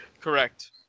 correct